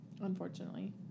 Unfortunately